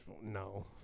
No